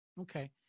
Okay